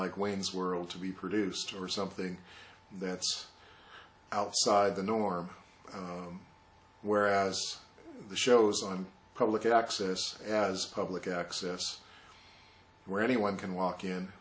like wayne's world to be produced or something that's outside the norm whereas the shows on public access as public access where anyone can walk in